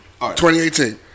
2018